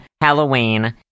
Halloween